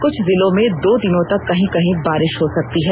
कुछ जिलों में दो दिनों तक कहीं कहीं बारिष हो सकती है